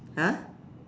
!huh!